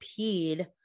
peed